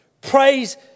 Praise